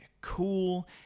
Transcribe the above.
cool